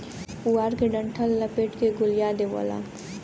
पुआरा के डंठल लपेट के गोलिया देवला